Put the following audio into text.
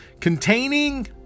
Containing